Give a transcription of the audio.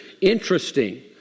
Interesting